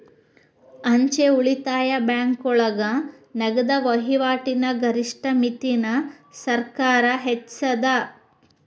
ಅಂಚೆ ಉಳಿತಾಯ ಬ್ಯಾಂಕೋಳಗ ನಗದ ವಹಿವಾಟಿನ ಗರಿಷ್ಠ ಮಿತಿನ ಸರ್ಕಾರ್ ಹೆಚ್ಚಿಸ್ಯಾದ